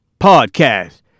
podcast